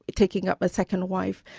taking up a second wife.